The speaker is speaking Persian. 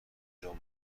جمعه